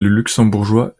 luxembourgeois